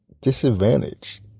disadvantage